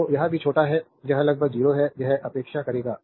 तो यह भी छोटा है यह लगभग 0 है यह उपेक्षा करेगा